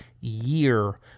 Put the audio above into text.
year